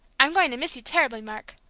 i'm going to miss you terribly, mark.